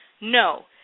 No